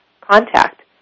contact